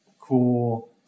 cool